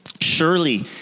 Surely